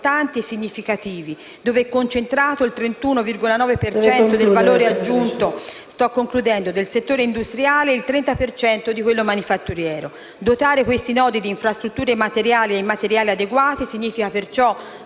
importanti e significativi, dove è concentrato il 31,9 per cento del valore aggiunto del settore industriale e il 30 per cento di quello manifatturiero. Dotare questi nodi di infrastrutture materiali e immateriali adeguate significa perciò